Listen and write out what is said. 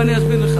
אני אסביר לך,